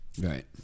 Right